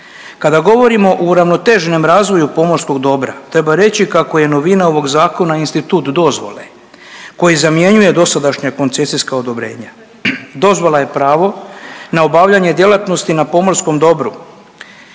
Kada govorimo o uravnoteženom razvoju pomorskog dobra, treba reći kako je novina ovog zakona institut dozvole koji zamjenjuje dosadašnja koncesijska odobrenja. Dozvola je pravo na obavljanje djelatnosti na pomorskom dobru